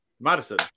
Madison